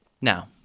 Now